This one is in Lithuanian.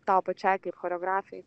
tau pačiai kaip choreografei